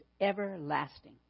everlasting